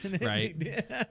right